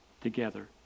together